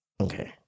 Okay